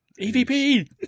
EVP